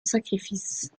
sacrifice